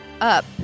up